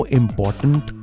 important